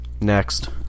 Next